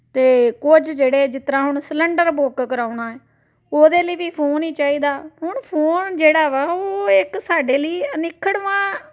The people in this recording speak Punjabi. ਅਤੇ ਕੁਝ ਜਿਹੜੇ ਜਿਸ ਤਰ੍ਹਾਂ ਹੁਣ ਸਿਲੰਡਰ ਬੁੱਕ ਕਰਵਾਉਣਾ ਉਹਦੇ ਲਈ ਵੀ ਫੋਨ ਹੀ ਚਾਹੀਦਾ ਹੁਣ ਫੋਨ ਜਿਹੜਾ ਵਾ ਉਹ ਇੱਕ ਸਾਡੇ ਲਈ ਅਨਿੱਖੜਵਾਂ